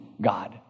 God